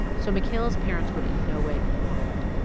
so makayla's parents would in no way be harmed.